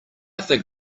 think